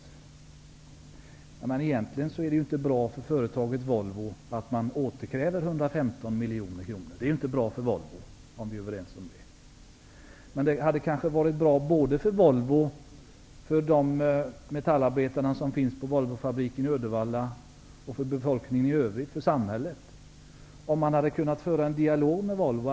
Men egentligen är det inte bra för Volvo att staten återkräver 115 miljoner kronor. Det kan vi vara överens om. Men det hade kanske varit bra inte bara för Volvo utan också för metallarbetarna på Volvofabriken i Uddevalla och för den övriga befolkningen i samhället, om man hade kunnat föra en dialog med Volvo.